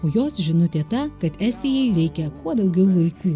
o jos žinutė ta kad estijai reikia kuo daugiau vaikų